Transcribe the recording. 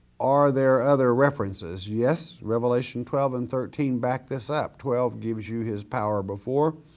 are there other references? yes revelation twelve and thirteen backs this up, twelve gives you his power before,